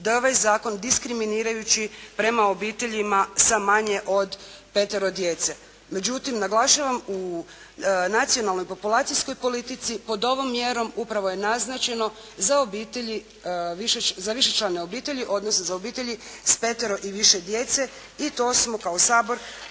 da je ovaj zakon diskriminirajući prema obiteljima sa manje od petero djece. Međutim, naglašavam u nacionalnoj populacijskoj politici pod ovom mjerom upravo je naznačeno za obitelji, za višečlane obitelji, odnosno za obitelji sa petero i više djece i to smo kao Sabor